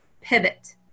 pivot